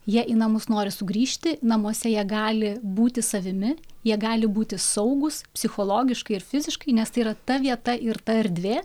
jie į namus nori sugrįžti namuose jie gali būti savimi jie gali būti saugūs psichologiškai ir fiziškai nes tai yra ta vieta ir ta erdvė